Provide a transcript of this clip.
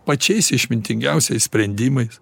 pačiais išmintingiausiais sprendimais